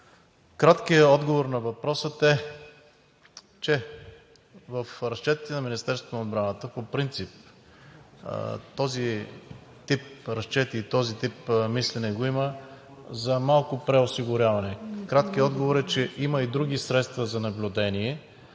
краткият отговор на въпроса е, че в разчетите на Министерството на отбраната по принцип този тип разчети и този тип мислене го има за малко преосигуряване. Краткият отговор е, че има и други средства за наблюдение,